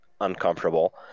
uncomfortable